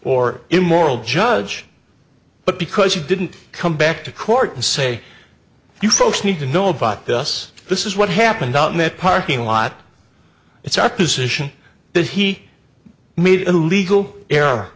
or immoral judge but because he didn't come back to court and say you folks need to know about this this is what happened out in that parking lot it's our position that he made illegal